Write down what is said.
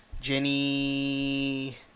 Jenny